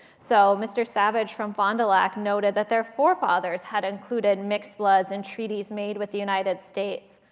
so mr. savage from fond du lac noted that their forefathers had included mixed bloods in treaties made with the united states.